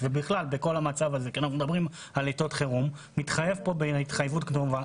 ובכלל בכל המצב הזה כי אנחנו מדברים על עתות חירום - התחייבות כתובה.